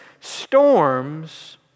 storms